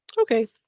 okay